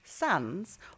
sons